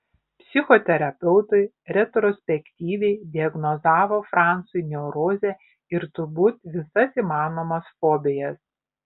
psichoterapeutai retrospektyviai diagnozavo franzui neurozę ir turbūt visas įmanomas fobijas